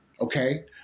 Okay